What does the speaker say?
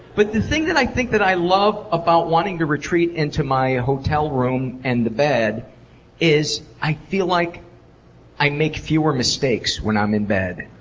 but the thing that i think that i love about wanting to retreat into my hotel room and the bed is, i feel like i make fewer mistakes when i'm in bed.